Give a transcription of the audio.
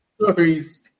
stories